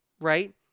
right